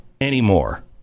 anymore